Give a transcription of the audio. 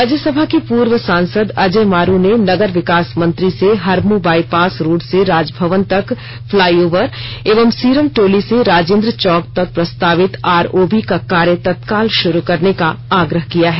राज्यसभा के पूर्व सांसद अजय मारू ने नगर विकास मंत्री से हरमू बाईपास रोड से राजभवन तक फ्लाईओवर एवं सिंरम टोली से राजेंद्र चौक तक प्रस्तावित आरओबी का कार्य तत्काल शुरू करने का आग्रह किया है